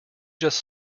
just